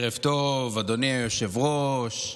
ערב טוב, אדוני היושב-ראש,